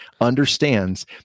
understands